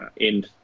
end